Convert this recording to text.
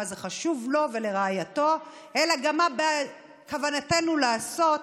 זה חשוב לו ולרעייתו אלא גם מה בכוונתנו לעשות,